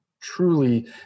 truly